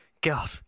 God